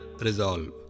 resolve